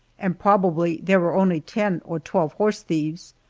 and probably there were only ten or twelve horse thieves.